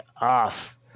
off